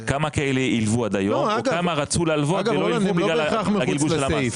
כמה כאלה הילוו עד היום וכמה רצו להלוות ולא הילוו בגלל הגלגול של הבנק?